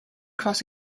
cross